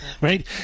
Right